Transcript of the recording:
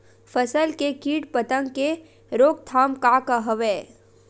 फसल के कीट पतंग के रोकथाम का का हवय?